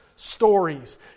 stories